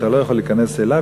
אתה לא יכול להיכנס אליו,